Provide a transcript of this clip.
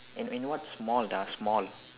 in in what small small